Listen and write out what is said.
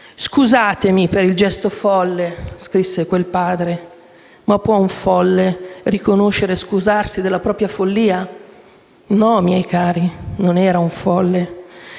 «Scusatemi per il gesto folle», scrisse quel padre. Ma può un folle riconoscere e scusarsi della propria follia? No, miei cari, non era un folle,